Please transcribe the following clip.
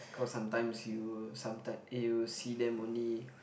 cause sometimes you sometime eh you see them only